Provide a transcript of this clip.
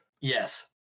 Yes